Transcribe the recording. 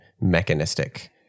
mechanistic